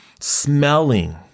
smelling